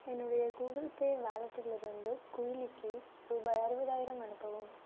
என்னுடைய Google Pay வாலெட்டிலிருந்து குயிலிக்கு ரூபாய் அறுபதாயிரம் அனுப்பவும்